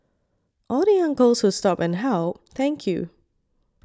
all the uncles who stopped and helped thank you